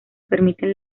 permiten